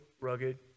rugged